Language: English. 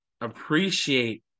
Appreciate